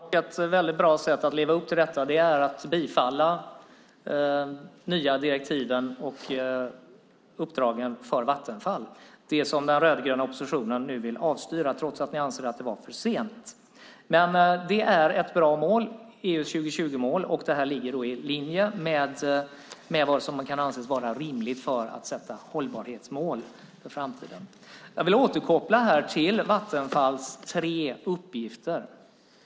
Fru talman! Ett bra sätt att leva upp till det är att bifalla de nya direktiven och uppdraget för Vattenfall, det som den rödgröna oppositionen nu vill avstyra trots att de anser det vara för sent. Det är ett bra EU 2020-mål och ligger i linje med vad som kan anses vara rimligt för att sätta hållbarhetsmål för framtiden. Jag vill återkoppla till Vattenfalls tre uppgifter.